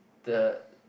the